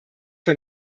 von